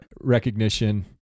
recognition